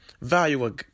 value